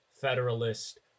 federalist